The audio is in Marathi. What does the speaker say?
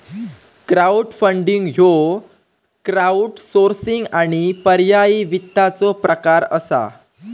क्राउडफंडिंग ह्यो क्राउडसोर्सिंग आणि पर्यायी वित्ताचो प्रकार असा